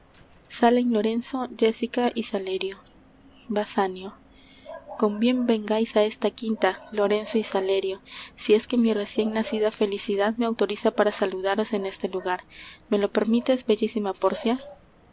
lorenzo jéssica y salerio basanio con bien vengais á esta quinta lorenzo y salerio si es que mi recien nacida felicidad me autoriza para saludaros en este lugar me lo permites bellísima pórcia